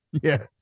Yes